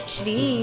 Shri